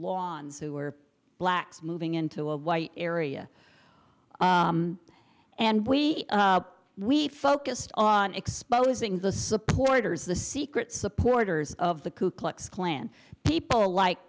lawns who were blacks moving into a white area and we we focused on exposing the supporters the secret supporters of the ku klux klan people like